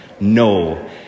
no